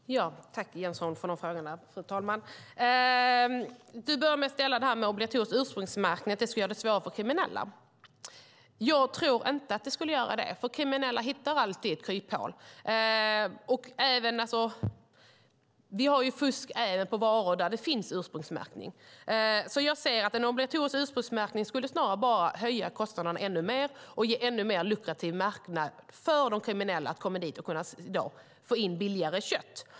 Fru talman! Tack, Jens Holm, för de frågorna! Du börjar med att säga att obligatorisk ursprungsmärkning skulle göra det svårare för kriminella. Jag tror inte att det skulle göra det, för kriminella hittar alltid kryphål. Och vi har ju fusk även när det gäller varor där det finns ursprungsmärkning. Jag ser att en obligatorisk ursprungsmärkning snarare bara skulle höja kostnaderna ännu mer och ge en ännu mer lukrativ marknad för de kriminella, som då kan få in billigare kött.